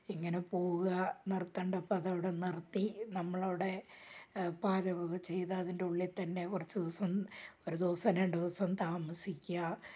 ഇങ്ങനെ പോകാം നിർത്തേണ്ടപ്പോൾ അത് അവിടെ നിർത്തി നമ്മൾ അവിടെ പാചകം ഒക്കെ ചെയ്ത് അതിൻ്റെ ഉള്ളിൽ തന്നെ കുറച്ച് ദിവസം ഒരു ദിവസം രണ്ട് ദിവസം താമസിക്കാം